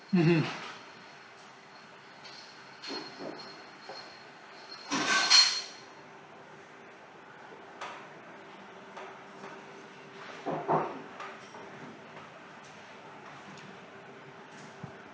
mmhmm